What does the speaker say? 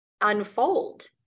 unfold